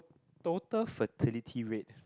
total fertility rate